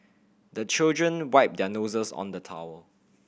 the children wipe their noses on the towel